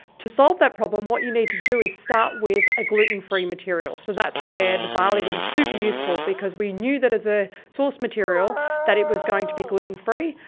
to solve that problem, what you need to do is start with a gluten-free material, so that's where the barley was super useful because we knew that as a source material, that it was going to be gluten-free,